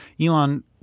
Elon